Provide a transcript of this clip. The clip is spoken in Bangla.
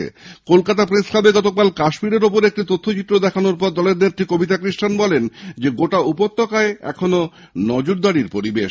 গতকাল কলকাতা প্রেস ক্লাবে কাশ্মীরের ওপর একটি তথ্য চিত্র দেখানোর পর দলের নেত্রী কবিতা কৃষ্ণান বলেন গোটা উপত্যকায় নজরদারির পরিবেশ